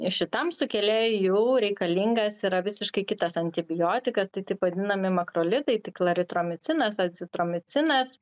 šitam sukėlėjui jau reikalingas yra visiškai kitas antibiotikas tai taip vadinami makrolidai tai klaritromicinas acitromicinas